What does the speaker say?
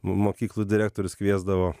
mokyklų direktorius kviesdavo